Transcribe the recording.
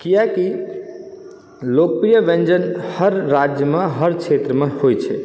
कियाकि लोकप्रिय व्यञ्जन हर राज्यमे हर क्षेत्रमे होइ छै